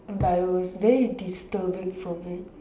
but it was very disturbing for me